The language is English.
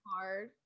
hard